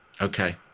Okay